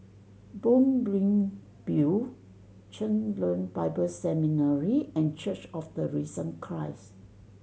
Moonbeam View Chen Lien Bible Seminary and Church of the Risen Christ